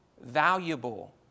valuable